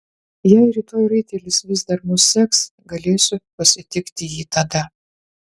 jei rytoj raitelis vis dar mus seks galėsiu pasitikti jį tada